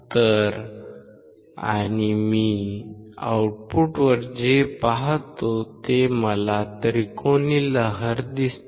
तर आणि मी आउटपुटवर जे पाहतो ते मला त्रिकोणी लहर दिसते